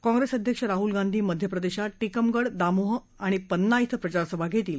कॉंप्रेस अध्यक्ष राहल गांधी मध्यप्रदेशात टिकामगड दामोह आणि पन्ना श्वे प्रचारसभा घेतील